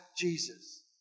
Jesus